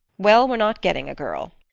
well, we're not getting a girl,